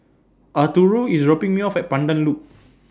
Arturo IS dropping Me off At Pandan Loop